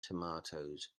tomatoes